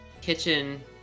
kitchen